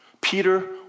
Peter